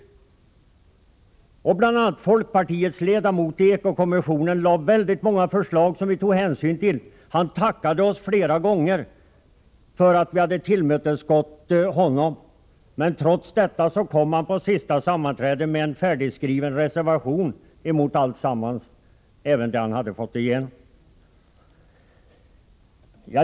Bl. a. folkpartiets ledamot i eko-kommissionen lade fram många förslag som vi tog hänsyn till. Han tackade oss flera gånger för att vi hade tillmötesgått honom. Trots detta kom han till sista sammanträdet med en färdigskriven reservation mot alltsammans, även mot det han hade fått igenom.